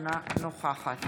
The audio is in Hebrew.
אינה נוכחת